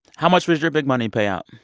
how much was your big money payout?